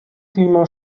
klima